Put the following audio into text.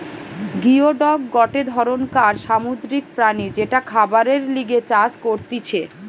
geoduck গটে ধরণকার সামুদ্রিক প্রাণী যেটা খাবারের লিগে চাষ করতিছে